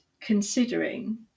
considering